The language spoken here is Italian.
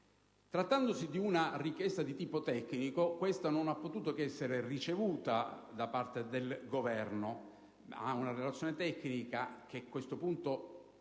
Trattandosi di una richiesta di tipo tecnico, non ha potuto che essere ricevuta dal Governo. Ma una relazione tecnica, che a questo punto